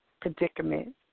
predicament